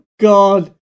God